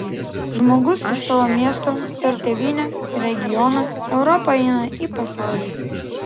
žmogus iš savo miesto per tėvynę regioną europą eina į pasaulį